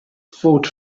fought